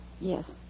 Yes